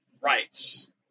rights